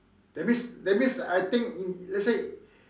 that means that means I think let's say